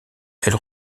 elle